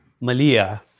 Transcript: Malia